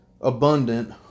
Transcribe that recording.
abundant